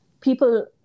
People